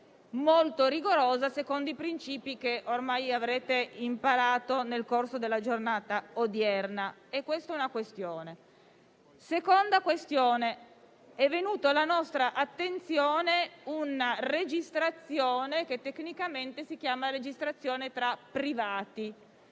molto rigorosa, secondo i principi che ormai avrete imparato nel corso della giornata odierna. Questa è una prima questione. La seconda questione è che è venuta alla nostra attenzione una registrazione che tecnicamente si chiama registrazione tra privati.